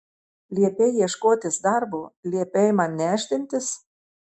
liepei ieškotis darbo liepei man nešdintis